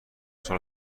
سال